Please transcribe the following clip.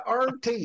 RT